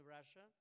Russia